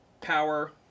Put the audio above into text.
Power